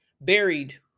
buried